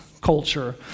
culture